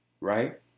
right